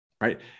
right